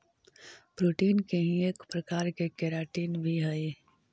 protein के ही एक प्रकार केराटिन भी हई